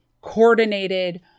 coordinated